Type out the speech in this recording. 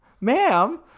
ma'am